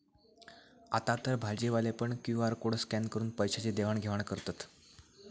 आतातर भाजीवाले पण क्यु.आर कोड स्कॅन करून पैशाची देवाण घेवाण करतत